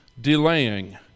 delaying